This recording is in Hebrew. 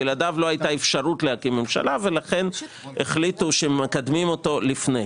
בלעדיו לא הייתה אפשרות להקים ממשלה ולכן החליטו שמקדמים אותו לפני.